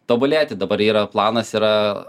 tobulėti dabar yra planas yra